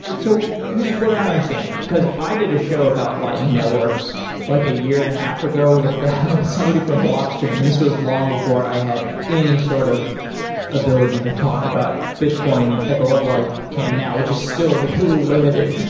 so here's what i don't understand, because i did a show about lighting networks like a year and a half ago with somebody from blockstream, and this was long before i had any sort of ability to talk about bitcoin at the level i can now, which is still really limited,